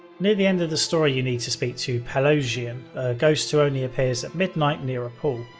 near the end of the story, you need to speak to pelojian, a ghost who only appears at midnight near a pool.